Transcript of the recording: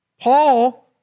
Paul